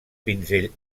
pinzell